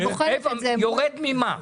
זה יורד ממה?